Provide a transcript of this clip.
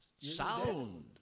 Sound